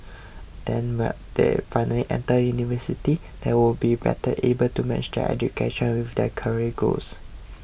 then when they finally enter university they would be better able to match their education with their career goals